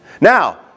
Now